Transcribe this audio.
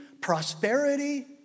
prosperity